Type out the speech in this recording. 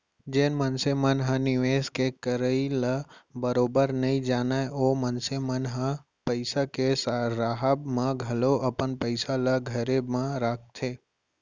जेन मनसे मन ह निवेस के करई ल बरोबर नइ जानय ओ मनसे मन ह पइसा के राहब म घलौ अपन पइसा ल घरे म राखथे